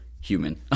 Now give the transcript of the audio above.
human